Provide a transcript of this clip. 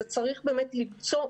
צריך באמת למצוא,